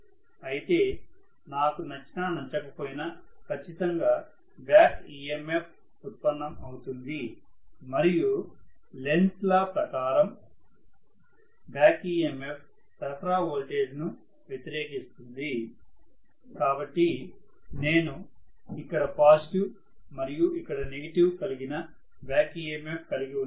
అయితే నాకు నచ్చినా నచ్చకపోయినా ఖచ్చితంగా గా బ్యాక్ EMF ఉత్పన్నం అవుతుంది మరియు లెంజ్ లాLenz'a Law ప్రకారం బ్యాక్ EMF సరఫరా ఓల్టేజ్ ను వ్యతిరేకిస్తుంది కాబట్టి నేను ఇక్కడ పాజిటివ్ మరియు ఇక్కడ నెగిటివ్ కలిగిన బ్యాక్ EMF కలిగి ఉన్నాను